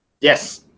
Yes